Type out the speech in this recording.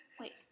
wait